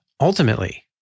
Ultimately